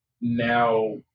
now